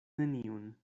neniun